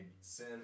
sin